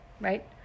right